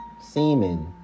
semen